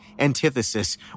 antithesis